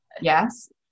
yes